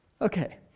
Okay